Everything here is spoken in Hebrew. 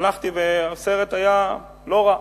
והלכתי, והסרט היה לא רע.